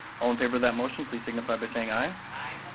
all in favor of that motion, please signify by saying aye. aye.